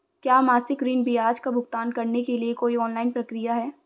क्या मासिक ऋण ब्याज का भुगतान करने के लिए कोई ऑनलाइन प्रक्रिया है?